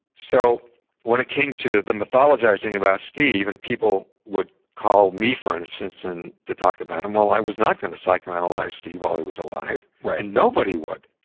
so when it came to the mythologizing about steve, and people would call me, for instance, and to talk about him well, i was not going to psychoanalyze steve while he was alive. nobody would.